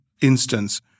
instance